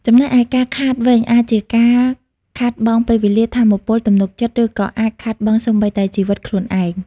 ចំណែកឯការ "ខាត" វិញ អាចជាការខាតបង់ពេលវេលា ថាមពល ទំនុកចិត្ត ឬក៏អាចខាតបង់សូម្បីតែជីវិតខ្លួនឯង។